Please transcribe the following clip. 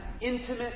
intimate